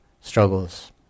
struggles